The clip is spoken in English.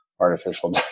artificial